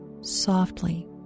softly